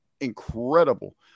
incredible